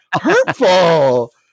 hurtful